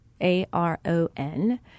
A-R-O-N